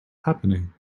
happening